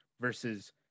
versus